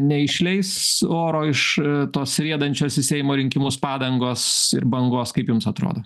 neišleis oro iš tos riedančios į seimo rinkimus padangos ir bangos kaip jums atrodo